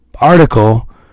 Article